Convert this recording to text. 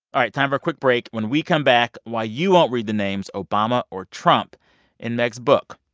all right, time for a quick break. when we come back, why you won't read the names obama or trump in meg's book.